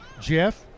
Jeff